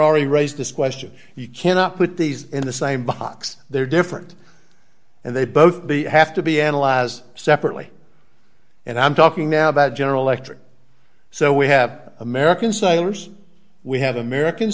already raised this question you cannot put these in the same box there are different and they both have to be analyzed separately and i'm talking now about general electric so we have american sailors we have american